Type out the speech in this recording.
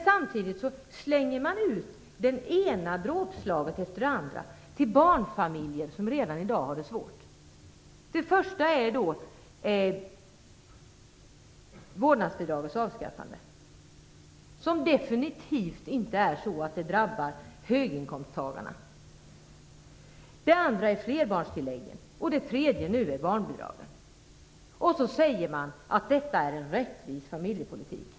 Samtidigt kommer man med det ena dråpslaget efter det andra mot barnfamiljer som har det svårt redan i dag. Det första dråpslaget är vårdnadsbidragets avskaffande. Det drabbar definitivt inte höginkomsttagarna. Ett annat dråpslag gäller flerbarnstillägen och ett tredje gäller barnbidraget. Man säger att detta är en rättvis familjepolitik.